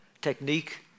technique